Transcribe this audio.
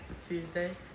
Tuesday